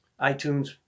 iTunes